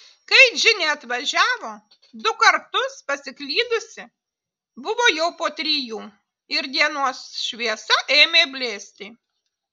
kai džinė atvažiavo du kartus pasiklydusi buvo jau po trijų ir dienos šviesa ėmė blėsti